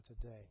today